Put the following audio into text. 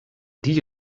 die